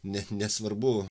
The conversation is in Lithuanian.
net nesvarbu